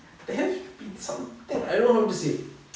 there will be something I don't know how to say